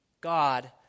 God